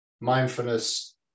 mindfulness